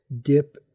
dip